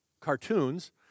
cartoons